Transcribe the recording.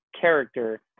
character